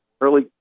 early